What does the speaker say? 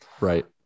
Right